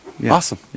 Awesome